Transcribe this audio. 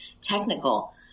technical